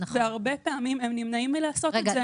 והרבה פעמים הם נמנעים מלעשות את זה.